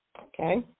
Okay